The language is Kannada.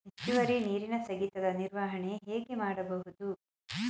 ಹೆಚ್ಚುವರಿ ನೀರಿನ ಸ್ಥಗಿತದ ನಿರ್ವಹಣೆ ಹೇಗೆ ಮಾಡಬಹುದು?